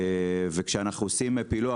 כשאנחנו עושים פילוח,